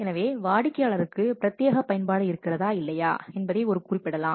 எனவே வாடிக்கையாளருக்கு பிரத்யேக பயன்பாடு இருக்கிறதா இல்லையா என்பதை இது குறிப்பிடலாம்